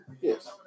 yes